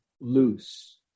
loose